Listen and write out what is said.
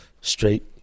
straight